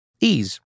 Ease